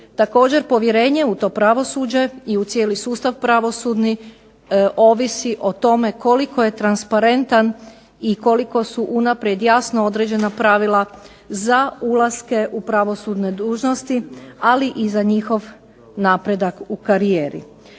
Također povjerenje u pravosuđe i u cijeli sustav pravosudni ovisi o tome koliko je transparentan i koliko su unaprijed jasno određena pravila za ulaske u pravosudne dužnosti ali i za njihov napredak u karijeri.